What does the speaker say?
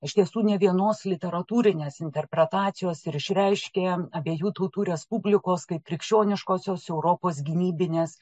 iš tiesų ne vienos literatūrinės interpretacijos ir išreiškė abiejų tautų respublikos kaip krikščioniškosios europos gynybinės